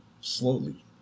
slowly